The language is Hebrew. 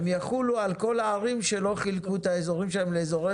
הן יחולו על כל הערים שלא חילקו את האזורים שלהן לאזורי